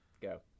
go